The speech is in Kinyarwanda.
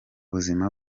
buzima